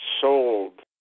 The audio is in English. sold